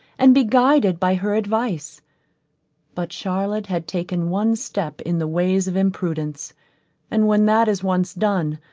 and be guided by her advice but charlotte had taken one step in the ways of imprudence and when that is once done,